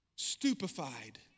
Stupefied